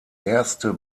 erste